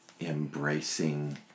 embracing